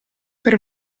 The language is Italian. per